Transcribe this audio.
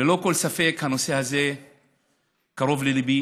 ללא כל ספק, הנושא הזה קרוב לליבי.